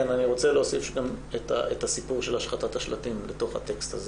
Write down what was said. אני רוצה להוסיף את הסיפור של השחתת השלטים לתוך הטקסט.